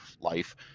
life